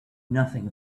nothing